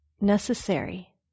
necessary